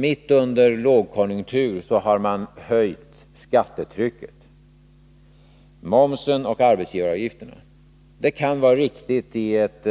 Mitt under en lågkonjunktur har man höjt skattetrycket, momsen och arbetsgivaravgiften. Det kan vara riktigt i ett